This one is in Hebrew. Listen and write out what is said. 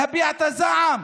להביע את הזעם,